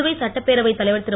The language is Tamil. புதுவை சட்டப்பேரவைத் தலைவர் திரு